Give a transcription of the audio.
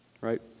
right